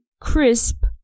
crisp